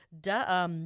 Duh